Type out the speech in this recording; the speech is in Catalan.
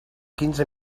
quinze